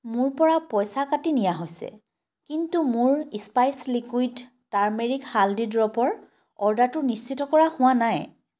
মোৰ পৰা পইচা কাটি নিয়া হৈছে কিন্তু মোৰ স্পাইছ লিকুইড টাৰ্মেৰিক হালদি ড্ৰপৰ অৰ্ডাৰটো নিশ্চিত কৰা হোৱা নাই